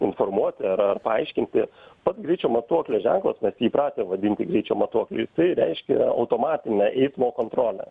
informuoti ar ar paaiškinti pats greičio matuoklio ženklas mes jį įpratę vadinti greičio matuokliu jisai reiškia automatinę eismo kontrolę